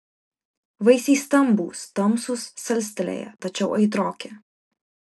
vaisiai stambūs tamsūs salstelėję tačiau aitroki